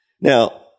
Now